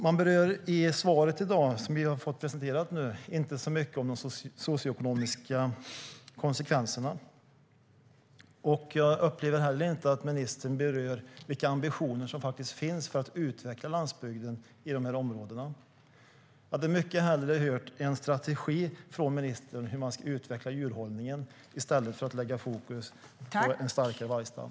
Man berör i svaret som vi har fått presenterat i dag inte mycket av de socioekonomiska konsekvenserna. Jag upplever heller inte att ministern berör vilka ambitioner som finns för att utveckla landsbygden i de här områdena. Jag hade mycket hellre hört om en strategi från ministern för att utveckla djurhållningen i stället för att lägga fokus på en starkare vargstam.